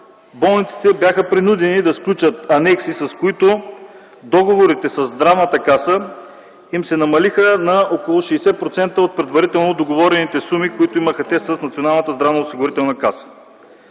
болниците бяха принудени да сключат анекси, с които договорите със Здравната каса им се намалиха на около 60% от предварително договорените суми, които имаха те с